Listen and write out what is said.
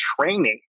training